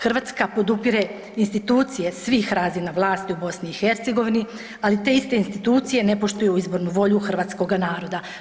Hrvatska podupire institucije svih razina vlasti u BiH, ali te iste institucije ne poštuju izbornu volju hrvatskoga naroda.